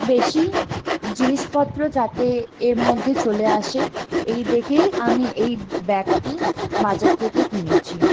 বেশি জিনিসপত্র যাতে এর মধ্যে চলে আসে এই দেখেই আমি এই ব্যাগটি বাজার থেকে কিনেছি